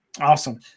Awesome